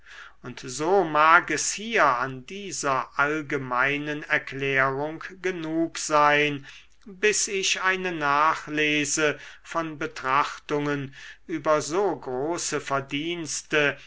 und so mag es hier an dieser allgemeinen erklärung genug sein bis ich eine nachlese von betrachtungen über so große verdienste